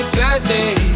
today